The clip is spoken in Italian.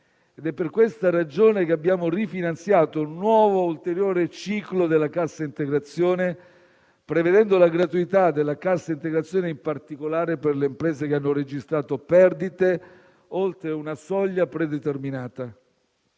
ed è per questa ragione che abbiamo rifinanziato un nuovo ulteriore ciclo della cassa integrazione, prevedendo la gratuità della cassa integrazione in particolare per le imprese che hanno registrato perdite oltre una soglia predeterminata.